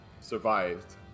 survived